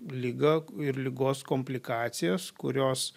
ligą ir ligos komplikacijas kurios